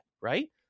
Right